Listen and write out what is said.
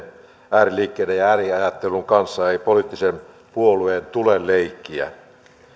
ääriliikkeiden ja ääriajattelun kanssa ei poliittisen puolueen tule leikkiä